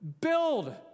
build